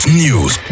news